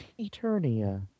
Eternia